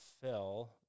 fill